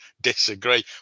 disagree